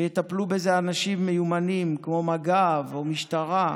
שיטפלו בזה אנשים מיומנים, כמו מג"ב או המשטרה,